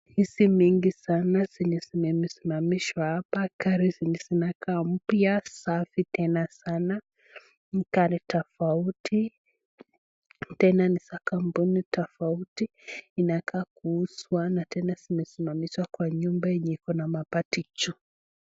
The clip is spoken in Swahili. Hizi mingi sana zenye zimesimamishwa hapa, gari zenye zinakaa mpya, safi tena sana, ni gari tofauti tena ni za kampuni tafauti inakaa kuuzwa na tena zimesimamishwa kwa nyumba yenye iko na mabati juu.